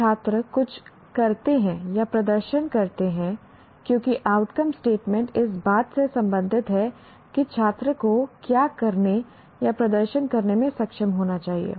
जब छात्र कुछ करते हैं या प्रदर्शन करते हैं क्योंकि आउटकम स्टेटमेंट इस बात से संबंधित है कि छात्र को क्या करने या प्रदर्शन करने में सक्षम होना चाहिए